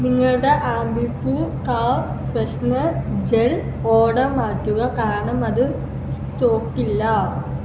നിങ്ങളുടെ Ambi Pur car freshener gel order മാറ്റുക കാരണം അത് സ്റ്റോക്ക് ഇല്ല